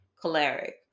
choleric